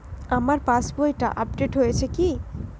আমার পাশবইটা আপডেট হয়েছে কি?